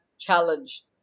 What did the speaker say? challenge